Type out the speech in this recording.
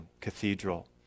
cathedral